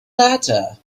matter